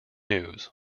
news